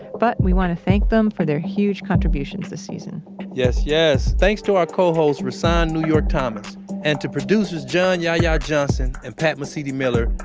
but we want to thank them for their huge contributions this season yes. yes. thanks to our co-hosts rahsaan new york thomas and to producers john yahya johnson and pat mesiti-miller.